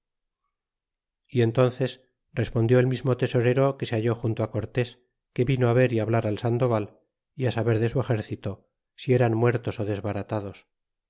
y enthnces respondió el mismo tesorero que se halló junto cortés que vino ver y hablar al sandoval y á saber de su exercito si eran ra